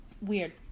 weird